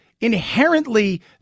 inherently